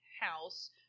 house